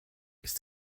ist